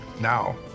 now